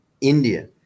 India